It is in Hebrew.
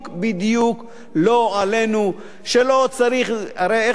בדיוק-בדיוק לא עלינו, שלא צריך, הרי איך זה?